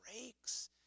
breaks